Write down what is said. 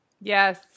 Yes